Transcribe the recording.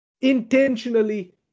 intentionally